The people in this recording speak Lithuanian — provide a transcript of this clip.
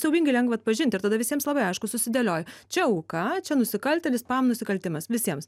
siaubingai lengva atpažint ir tada visiems labai aišku susidėlioja čia auka čia nusikaltėlis bam nusikaltimas visiems